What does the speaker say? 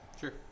Sure